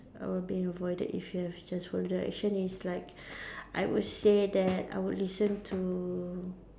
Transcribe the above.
I will being avoided if you have just follow the direction it's like I would say that I would listen to